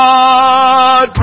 God